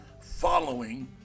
following